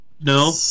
No